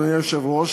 אדוני היושב-ראש,